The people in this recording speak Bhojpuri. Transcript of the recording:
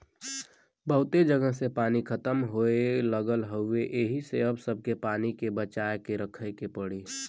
बहुते जगह से पानी खतम होये लगल हउवे एही से अब सबके पानी के बचा के रखे के पड़ी